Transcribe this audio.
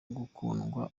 gukundwa